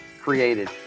created